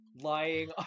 lying